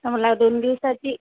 मला दोन दिवसाची